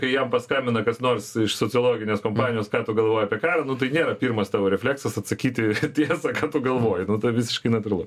kai jam paskambina kas nors iš sociologinės kompanijos ką tu galvoji apie karą nu tai nėra pirmas tavo refleksas atsakyti tiesą ką tu galvoji nu tai visiškai natūralu